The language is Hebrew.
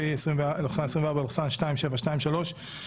(מ/1577); הצעת חוק לעידוד תעשייה עתירת ידע,